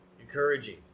Encouraging